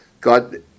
God